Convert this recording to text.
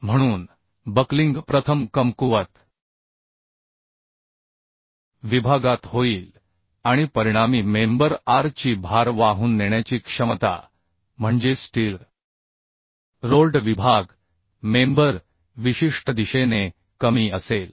म्हणून बक्लिंग प्रथम कमकुवत विभागात होईल आणि परिणामी मेंबर r ची भार वाहून नेण्याची क्षमता म्हणजे स्टील रोल्ड विभाग मेंबर विशिष्ट दिशेने कमी असेल